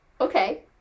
Okay